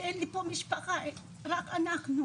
אין לי פה משפחה, רק אנחנו,